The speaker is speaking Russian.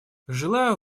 желаю